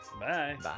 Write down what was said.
Bye